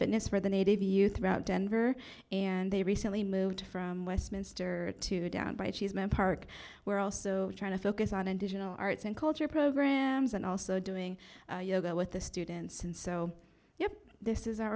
fitness for the native youth about denver and they recently moved from westminster to down by cheese man park we're also trying to focus on additional arts and culture programs and also doing yoga with the students and so yeah this is our